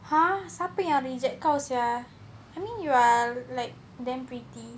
!huh! siapa yang reject kau sia I mean you're like damn pretty